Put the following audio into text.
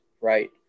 right